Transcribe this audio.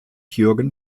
jürgen